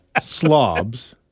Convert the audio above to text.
slobs